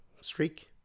Streak